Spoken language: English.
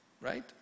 right